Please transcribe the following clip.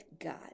God